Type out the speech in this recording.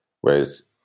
Whereas